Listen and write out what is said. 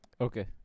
Okay